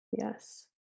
Yes